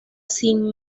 sin